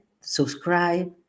subscribe